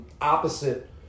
opposite